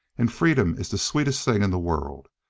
and freedom is the sweetest thing in the world.